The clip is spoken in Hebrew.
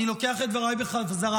אני לוקח את דבריי בחזרה,